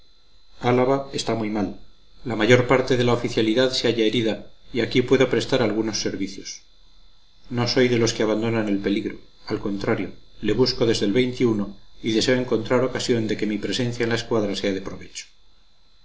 álava está muy mal la mayor parte de la oficialidad se halla herida y aquí puedo prestar algunos servicios no soy de los que abandonan el peligro al contrario le busco desde el y deseo encontrar ocasión de que mi presencia en la escuadra sea de provecho